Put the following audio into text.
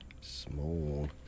Small